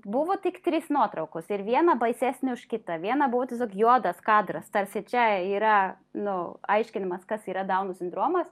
buvo tik trys nuotraukos ir viena baisesnė už kitą viena buvo tiesiog juodas kadras tarsi čia yra nu aiškinimas kas yra dauno sindromas